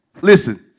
Listen